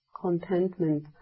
contentment